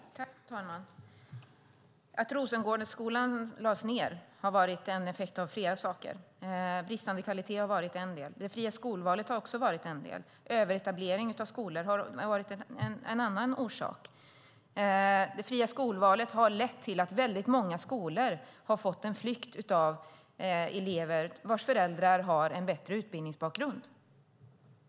Fru talman! Att Rosengårdsskolan lades ned var en effekt av flera saker. Bristande kvalitet var en del, men det fria skolvalet var också en del. Överetablering av skolor var en annan orsak. Det fria skolvalet har lett till en flykt från väldigt många skolor av elever vars föräldrar har en bättre utbildningsbakgrund.